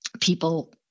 people